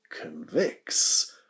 convicts